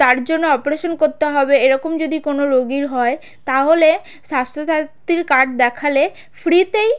তার জন্য অপরেশান করতে হবে এরকম যদি কোনো রোগীর হয় তাহলে স্বাস্থ্যসাথীর কার্ড দেখালে ফ্রিতেই